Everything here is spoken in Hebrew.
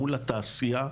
מול התעשייה.